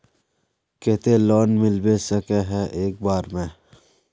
केते लोन मिलबे सके है एक बार में?